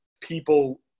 people